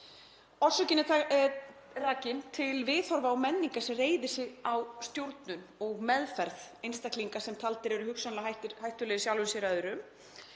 Orsökin er rakin til viðhorfa og menningar sem reiðir sig á stjórnun og meðferð einstaklinga sem taldir eru hugsanlega hættulegir sjálfum sér og öðrum